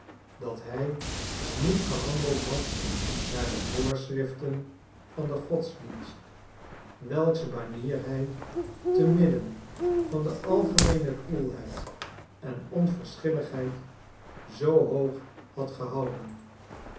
dat hij niet gehandeld had naar de voorschriften van den godsdienst welks banier hij te midden van de algemeene koelheid en onverschilligheid zoo hoog had gehouden